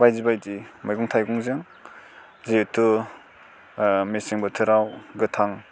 बायदि बायदि मैगं थाइगंजों जेहेथु मेसें बोथोराव गोथां